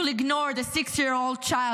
You’ll ignore the six year old child